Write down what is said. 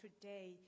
today